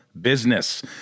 business